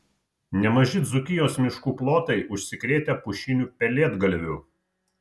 nemaži dzūkijos miškų plotai užsikrėtę pušiniu pelėdgalviu